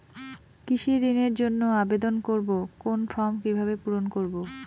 কৃষি ঋণের জন্য আবেদন করব কোন ফর্ম কিভাবে পূরণ করব?